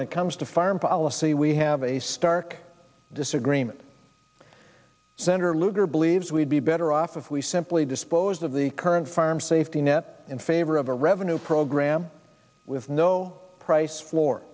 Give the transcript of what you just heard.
it comes to foreign policy we have a stark disagreement senator lugar believes we'd be better off if we simply disposed of the current farm safety net in favor of a revenue program with no price floor